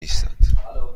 نیستند